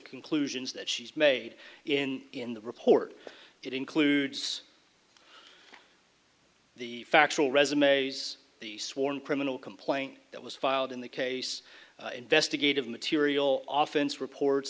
conclusions that she's made in in the report it includes the factual resumes the sworn criminal complaint that was filed in the case investigative material often reports